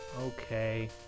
Okay